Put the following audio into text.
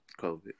COVID